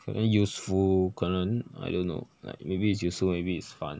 可能 useful 可能 I don't know like maybe it's useful maybe it's fun